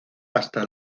hasta